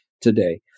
today